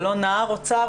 ולא נער אוצר,